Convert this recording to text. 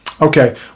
Okay